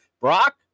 Brock